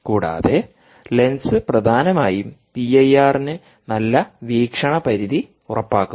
കൂടാതെ ലെൻസ് പ്രധാനമായും പിഐആർന് നല്ല വീക്ഷണപരിധി ഉറപ്പാക്കും